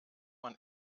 man